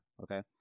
Okay